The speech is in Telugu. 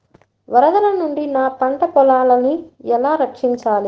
వరదల నుండి నా పంట పొలాలని ఎలా రక్షించాలి?